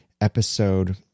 episode